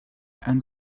and